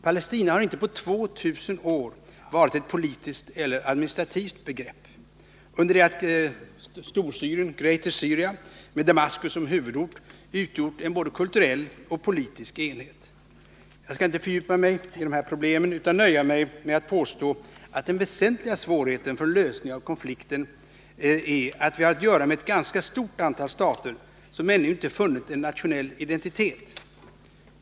Palestina har inte på 2 000 år varit ett politiskt eller administrativt begrepp, under det att Storsyrien, Greater Syria, med Damaskus som huvudort utgjort en både kulturell och politisk enhet. Jag skall inte fördjupa mig i dessa problem utan nöjer mig med att påstå att den väsentliga svårigheten för en lösning av konflikten är att vi har att göra med ett ganska stort antal stater, som ännu inte funnit en nationell identitet.